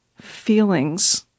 feelings